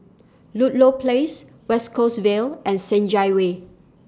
Ludlow Place West Coast Vale and Senja Way